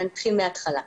אני אתחיל מההתחלה.